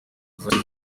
zahise